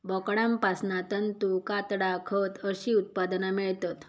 बोकडांपासना तंतू, कातडा, खत अशी उत्पादना मेळतत